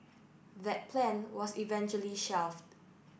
that plan was eventually shelved